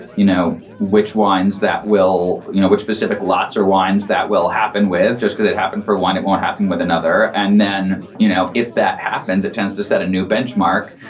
you know, which wines that will you know, which specific lots or wines that will happen with just good that happen for wine. it won't happen with another. and then, you know, if that happens, that tends to set a new benchmark.